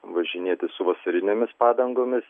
važinėtis su vasarinėmis padangomis